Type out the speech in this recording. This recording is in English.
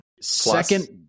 second